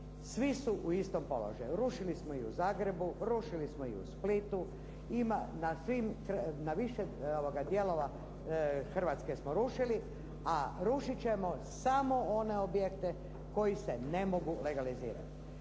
svi su u istom položaju. Rušili smo i u Zagrebu, rušili smo i u Splitu, ima na svim, na više dijelova Hrvatske smo rušili, a rušit ćemo samo one objekte koji se ne mogu legalizirati.